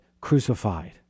crucified